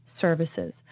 services